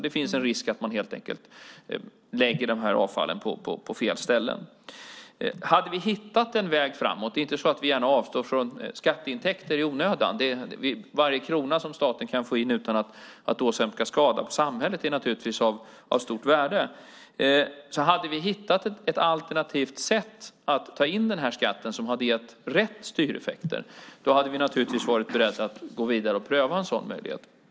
Det finns en risk att människor helt enkelt lägger avfallet på fel ställen. Vi avstår inte gärna från skatteintäkter i onödan. Varje krona som staten kan få in utan att åsamka samhället skada är naturligtvis av stort värde. Hade vi hittat ett alternativt sätt att ta in denna skatt som hade gett rätt styreffekter hade vi naturligtvis varit beredda att gå vidare och pröva en sådan möjlighet.